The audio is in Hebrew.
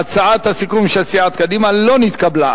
הצעת הסיכום של סיעת קדימה לא נתקבלה.